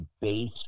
base